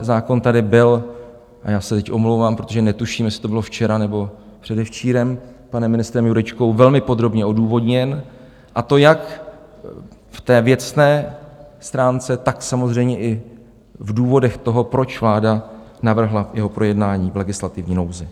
Zákon tady byl, a já se teď omlouvám, protože netuším, jestli to bylo včera, nebo předevčírem, panem ministrem Jurečkou velmi podrobně odůvodněn, a to jak v té věcné stránce, tak samozřejmě i v důvodech toho, proč vláda navrhla jeho projednání v legislativní nouzi.